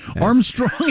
Armstrong